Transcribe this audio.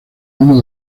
una